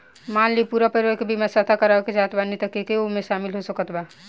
मान ली पूरा परिवार के बीमाँ साथे करवाए के चाहत बानी त के के ओमे शामिल हो सकत बा?